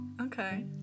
Okay